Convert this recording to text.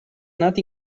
anat